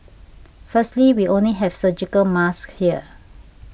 firstly we only have surgical masks here